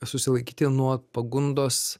susilaikyti nuo pagundos